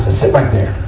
sit right there,